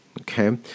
Okay